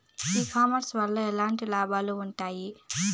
ఈ కామర్స్ వల్ల ఎట్లాంటి లాభాలు ఉన్నాయి?